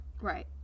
Right